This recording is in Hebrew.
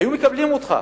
והיו מקבלים אותך.